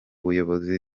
buyobozi